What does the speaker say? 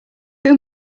whom